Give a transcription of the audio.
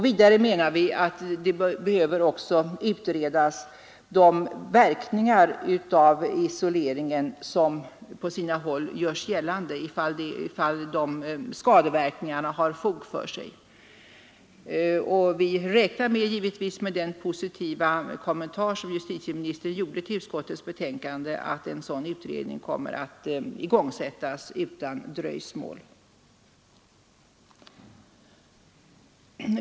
Vidare menar vi att det behöver utredas om de påståenden om skadeverkningar av isoleringen som görs på sina håll har fog för sig. Vi räknar givetvis med, efter den positiva kommentar som justitieministern gjorde till utskottets betänkande, att en sådan utredning kommer att igångsättas utan dröjsmål.